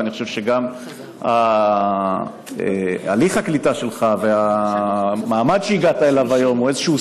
ואני חושב שהליך הקליטה שלך והמעמד שהגעת אליו היום הם איזשהו